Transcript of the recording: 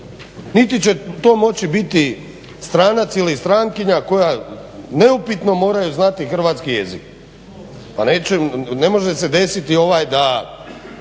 Niti će to moći biti stranac ili strankinja koja neupitno moraju znati hrvatski jezik. Pa ne može se desiti da